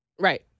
Right